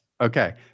Okay